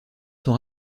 sont